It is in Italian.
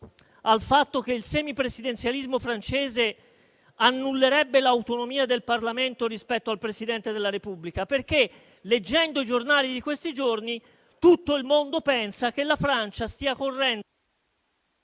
al fatto che il semipresidenzialismo francese annullerebbe l'autonomia del Parlamento rispetto al Presidente della Repubblica, perché leggendo i giornali di questi giorni tutto il mondo pensa che la Francia... *(Il